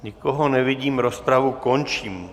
Nikoho nevidím, rozpravu končím.